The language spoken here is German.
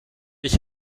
ich